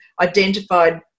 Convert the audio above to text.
identified